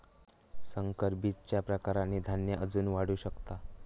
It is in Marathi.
संकर बीजच्या प्रकारांनी धान्य अजून वाढू शकता